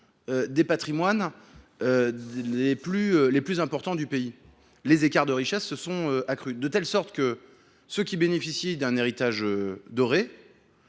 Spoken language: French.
des patrimoines les plus importants du pays, les écarts de richesse se sont singulièrement accrus, de sorte que ceux qui bénéficient d’un héritage doré